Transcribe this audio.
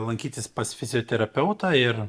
lankytis pas fizioterapeutą ir